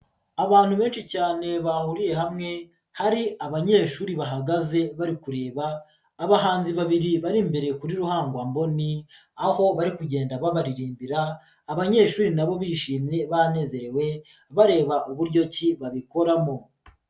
Abantu benshi cyane bahuriye hamwe, hari abanyeshuri bahagaze bari kureba abahanzi babiri bari imbere kuri ruhangwamboni aho bari kugenda babaririmbira, abanyeshuri nabo bishimye banezerewe bareba uburyo ki babikoramo.